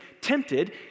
tempted